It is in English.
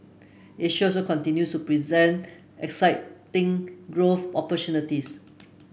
Asia also continues to present exciting growth